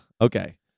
Okay